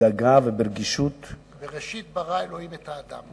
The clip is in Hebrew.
בדאגה וברגישות, בראשית ברא אלוהים את האדם.